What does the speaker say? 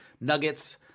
nuggets